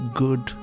good